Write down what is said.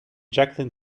jacqueline